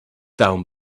down